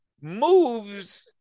moves